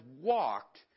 walked